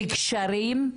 וגשרים,